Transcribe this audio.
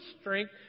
strength